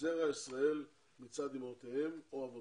זרע ישראל מצד אימהותיהם או אבותיהם,